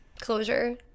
closure